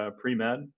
pre-med